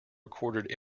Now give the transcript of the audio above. recorded